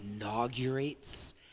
inaugurates